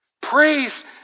praise